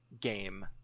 game